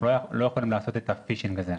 אנחנו לא יכולים לעשות את הפישינג הזה,